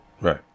Right